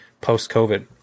post-COVID